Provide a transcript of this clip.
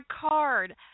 card